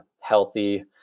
healthy